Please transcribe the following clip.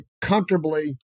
comfortably